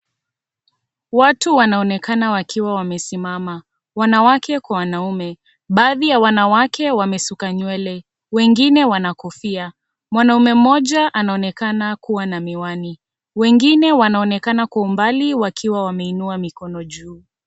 Watu wanaonekana wakiwa wamesimama. Wanawake kwa wanaume. Baadhi ya wanawake wamesuka nywele. Wengine wana kofia. Mwanaume mmoja, anaoneka kuwa na miwani. Wengine wanaonekana kwa umbali wakiwa wameinua mikono juu.